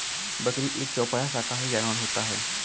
बकरी एक चौपाया शाकाहारी जानवर होता है